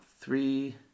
three